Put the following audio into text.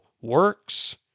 works